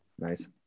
Nice